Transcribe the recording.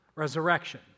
resurrection